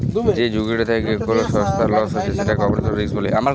যে ঝুঁকিটা থেক্যে কোল সংস্থার লস হ্যয়ে যেটা অপারেশনাল রিস্ক বলে